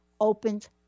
opens